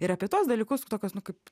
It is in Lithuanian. ir apie tuos dalykus tokius nu kaip